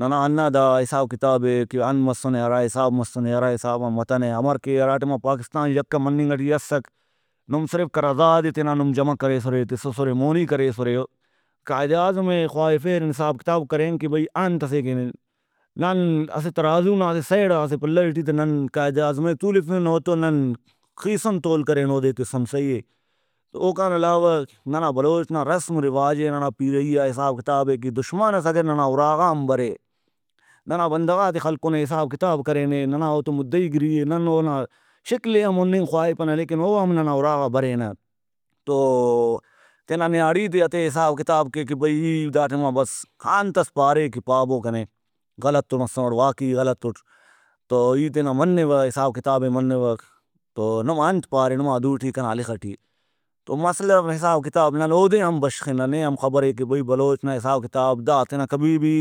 ننا ہنا دا حساب کتابے کہ انت مسُنے ہرا حساب مسنے ہرا حسابا متنے امر کہ ہرا ٹائما پاکستان یکہ مننگ ٹی اسک نم صرف قرارداد ئے تینا نم جمع کریسُرے تسسرے مونی کریسُرے قائد اعظم ئے خواہفین حساب کتاب کرین کہ بھئی انتسے کہ نن اسہ ترازو نا اسہ سیڈ آ اسہ پلڑ ٹی تہ نن قائد اعظم ئے تولفین اوتون خیسُن تول کرین اودے تسُن سہی اے۔ تو اوکان علاوہ ننا بلوچ نا رسم ؤ رواجے ننا پیرئی آ حساب کتابے کہ دشمن ئس اگہ ننا اُراغا ہم برے ننا بندغاتے خلکُنے حساب کتاب کرینے ننا اوتو مُدہی گری اے نن اونا شکل ئے ہم ہُننگ خواہپنہ لیکن او ہم ننا اُراغا برے نہ تو تینا نیاڑی تے ہتے حساب کتاب کے کہ بھئی ای دا ٹائما بس انتس پارے کہ پابو کنے غلط مسُنٹ واقعی ای غلطُٹ تو ای تینا منوہ حساب کتابے منوہ تو نم انت پارے نما دُوٹی کنا لخ ٹی تو مسئلہ ہم حساب کتاب نن اودے ہم بشخنہ نے ہم خبرے کہ بھئی بلوچ نا حساب کتاب دا تینا کبھی بھی